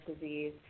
disease